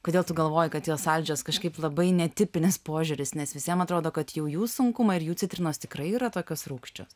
kodėl tu galvoji kad jos saldžios kažkaip labai netipinis požiūris nes visiem atrodo kad jau jų sunkumai ir jų citrinos tikrai yra tokios rūgščios